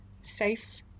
safe